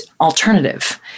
alternative